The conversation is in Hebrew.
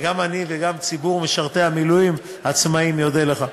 גם אני וגם ציבור משרתי המילואים העצמאים נודה לך.